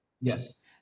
Yes